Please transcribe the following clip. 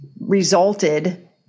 resulted